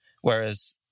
whereas